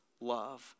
love